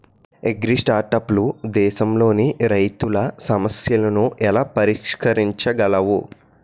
అగ్రిస్టార్టప్లు దేశంలోని రైతుల సమస్యలను ఎలా పరిష్కరించగలవు?